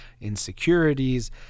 insecurities